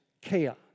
chaos